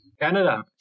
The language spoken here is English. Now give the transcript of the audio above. Canada